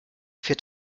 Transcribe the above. für